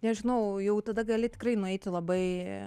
nežinau jau tada gali tikrai nueiti labai